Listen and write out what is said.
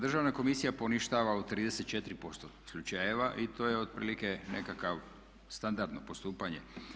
Državna komisija poništava u 34% slučajeva i to je otprilike nekakvo standardno postupanje.